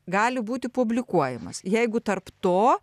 gali būti publikuojamas jeigu tarp to